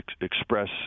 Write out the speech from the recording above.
express